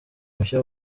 mushya